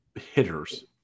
hitters